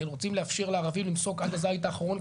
כי הם רוצים לאפשר לערבים למסוק עד הזית האחרון,